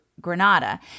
Granada